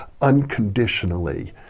unconditionally